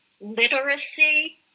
literacy